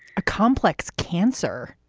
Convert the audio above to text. a complex cancer.